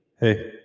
Hey